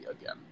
again